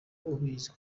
ubizi